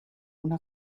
una